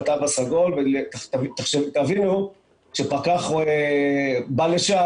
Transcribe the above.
תבינו שכאשר פקח בא לשם,